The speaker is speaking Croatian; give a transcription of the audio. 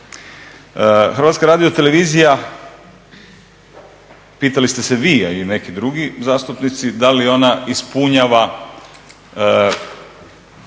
Hrvatska radiotelevizija, pitali ste se vi a i neki drugi zastupnici, da li ona ispunjava